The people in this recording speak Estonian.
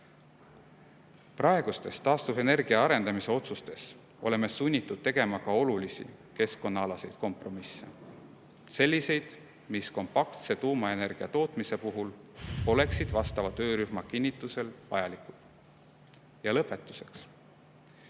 Praegustes taastuvenergia arendamise otsustes oleme sunnitud tegema ka olulisi keskkonnaalaseid kompromisse – selliseid, mis kompaktse tuumaenergiatootmise puhul poleks vastava töörühma kinnitusel vajalikud. Ja lõpetuseks: